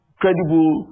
credible